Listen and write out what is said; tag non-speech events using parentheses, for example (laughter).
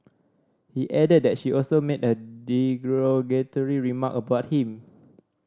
he added that she also made a (unintelligible) remark about him